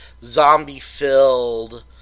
zombie-filled